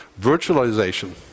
Virtualization